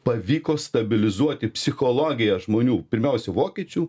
pavyko stabilizuoti psichologiją žmonių pirmiausia vokiečių